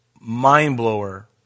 mind-blower